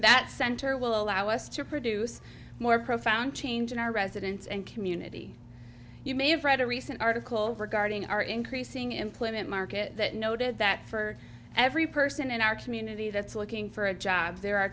that center will allow us to produce more profound change in our residents and community you may have read a recent article regarding our increasing employment market noted that for every person in our community that's looking for a job there are